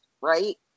right